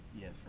Yes